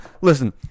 listen